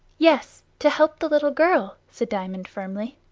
yes to help the little girl, said diamond firmly.